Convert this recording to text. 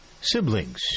siblings